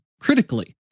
critically